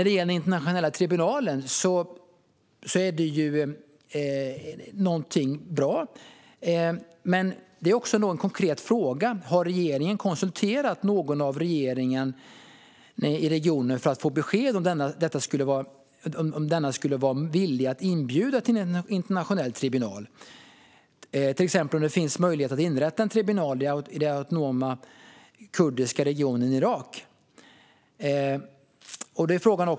Den internationella tribunalen är någonting bra, men jag har en konkret fråga: Har regeringen konsulterat någon regering i regionen för att få besked om denna skulle vara villig att inbjuda till en internationell tribunal? Jag undrar till exempel om det finns möjlighet att inrätta en tribunal i den autonoma kurdiska regionen i Irak.